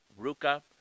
Ruka